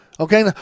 Okay